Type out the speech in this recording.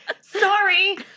Sorry